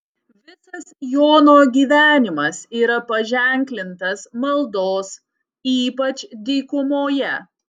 visas jono gyvenimas yra paženklintas maldos ypač dykumoje